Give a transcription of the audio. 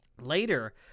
later